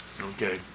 okay